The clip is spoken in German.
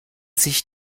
sich